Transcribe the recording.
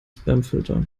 spamfilter